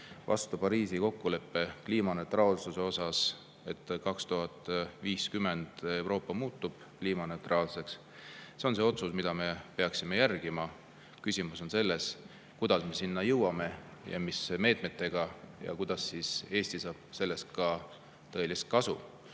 vastu Pariisi kokkuleppe kliimaneutraalsuse kohta ja et aastaks 2050 Euroopa muutub kliimaneutraalseks, on otsus, mida me peaksime järgima. Küsimus on selles, kuidas me sinna jõuame, mis meetmetega, ja kuidas Eesti saab sellest ka tõelist kasu,